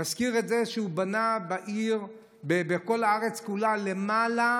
נזכיר את זה שהוא בנה בכל הארץ כולה למעלה